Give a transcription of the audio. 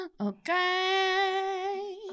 Okay